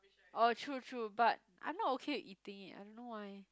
oh true true but I'm not okay with eating it I don't know why